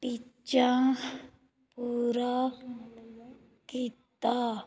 ਟੀਚਾ ਪੂਰਾ ਕੀਤਾ